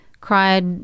cried